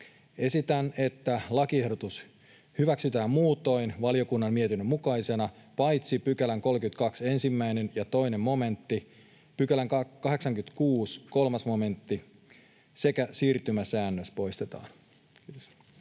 Esitän, että lakiehdotus hyväksytään muutoin valiokunnan mietinnön mukaisena, paitsi 32 §:n 1 ja 2 momentti, 86 §:n 3 momentti sekä siirtymäsäännös poistetaan. Kiitoksia.